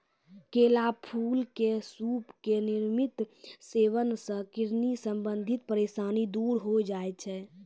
केला फूल के सूप के नियमित सेवन सॅ किडनी संबंधित परेशानी दूर होय जाय छै